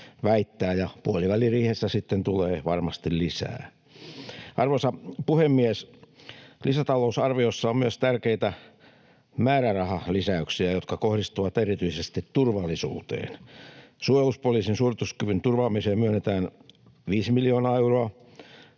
ja puoliväliriihessä sitten tulee varmasti lisää. Arvoisa puhemies! Lisätalousarviossa on myös tärkeitä määrärahalisäyksiä, jotka kohdistuvat erityisesti turvallisuuteen. Suojelupoliisin suorituskyvyn turvaamiseen myönnetään viisi miljoonaa euroa